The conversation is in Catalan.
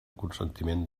consentiment